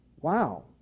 wow